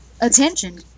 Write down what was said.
Attention